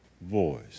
voice